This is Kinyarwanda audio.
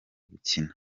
gukina